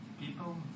people